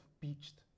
beached